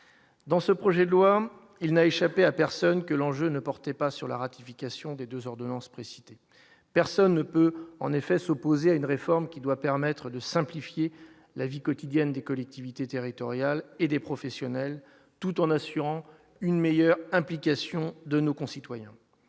dans ce projet de loi, il n'a échappé à personne que l'enjeu ne portait pas sur la ratification des 2 ordonnances précitée, personne ne peut en effet s'opposer à une réforme qui doit permettre de simplifier la vie quotidienne des collectivités territoriales et des professionnels, tout en assurant une meilleure implication de nos concitoyens,